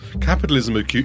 Capitalism